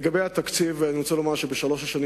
בנושא התקציב אני רוצה לומר שבשלוש השנים